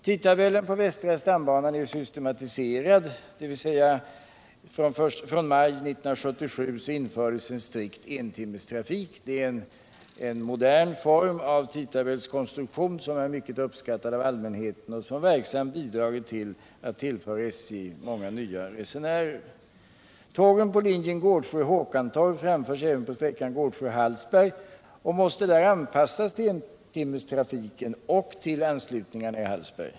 Tidtabellen på västra stambanan är systematiserad, dvs. från maj 1977 infördes en strikt entimmestrafik. Det är en modern form av tidtabellskonstruktion som är mycket uppskattad av allmänheten och som verksamt bidragit till att tillföra SJ många nya resenärer. Tågen på linjen Gårdsjö-Håkantorp framförs även på sträckan Gårdsjö-Hallsberg och måste där anpassas till entimmestrafiken och anslutningarna i Hallsberg.